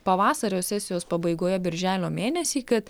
pavasario sesijos pabaigoje birželio mėnesį kad